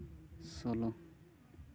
ᱥᱳᱞᱳ